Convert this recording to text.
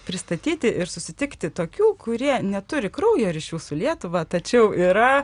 pristatyti ir susitikti tokių kurie neturi kraujo ryšių su lietuva tačiau yra